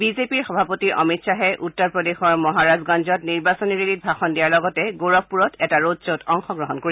বিজেপিৰ সভাপতি অমিত খাহে উত্তৰ প্ৰদেশৰ মহাৰাজগঞ্জত নিৰ্বাচনী ৰেলীত ভাষণ দিয়াৰ লগতে গোৰখপুৰত এটা ৰড শ্বোত অংশগ্ৰহণ কৰিব